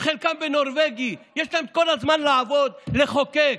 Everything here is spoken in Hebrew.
חלקם בנורבגי, יש להם כל הזמן לעבוד, לחוקק.